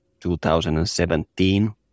2017